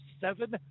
seven